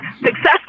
successful